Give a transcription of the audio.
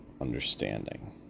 understanding